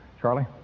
Charlie